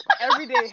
everyday